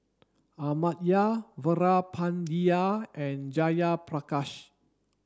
Amartya Veerapandiya and Jayaprakash